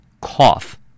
Cough